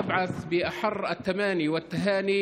(אומר בערבית: אני רוצה לשלוח את מיטב הברכות והאיחולים